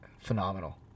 phenomenal